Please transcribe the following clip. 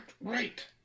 right